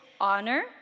honor